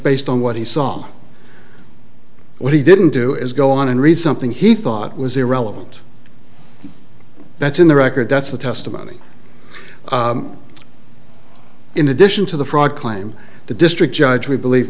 based on what he saw what he didn't do is go on and read something he thought was irrelevant that's in the record that's the testimony in addition to the fraud claim the district judge we believe